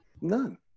None